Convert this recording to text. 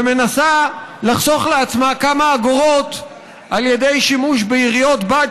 ומנסה לחסוך לעצמה כמה אגורות על ידי שימוש ביריעות בד,